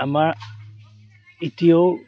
আমাৰ এতিয়াও